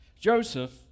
Joseph